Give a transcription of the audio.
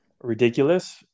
ridiculous